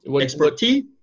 expertise